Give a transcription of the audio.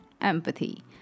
empathy